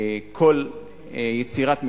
קואליציה,